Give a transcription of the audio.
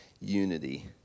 unity